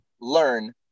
learn